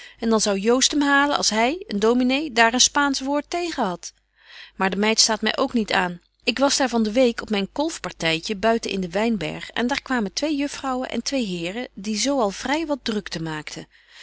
en dan zou joost hem halen als hy een dominé daar een spaansch woord tegen hadt maar de meid staat my ook niet aan ik was daar van de week op myn kolfpartytje buiten in den wynberg en daar kwamen twee juffrouwen en twee heren die zo al vry wat drukte maakten